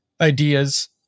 ideas